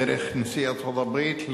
דרך נשיא ארצות-הברית,